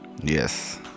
yes